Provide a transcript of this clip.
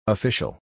Official